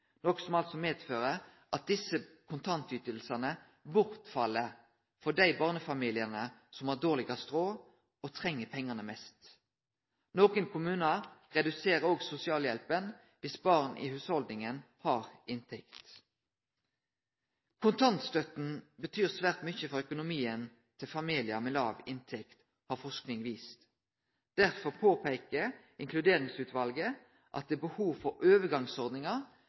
noko som medfører at desse kontantytingane fell bort for dei barnefamiliane som har dårlegast råd, og som treng pengane mest. Nokre kommunar reduserer òg sosialhjelpa dersom barn i hushaldet har inntekt. Kontantstøtta betyr svært mykje for økonomien i familiar med låg inntekt, har forsking vist. Derfor påpeiker Inkluderingsutvalet at det er behov for overgangsordningar